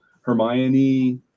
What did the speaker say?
Hermione